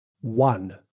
One